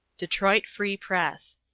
detroit free press.